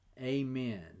Amen